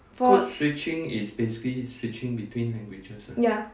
four ya